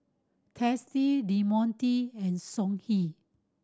Tasty Del Monte and Songhe